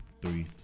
Three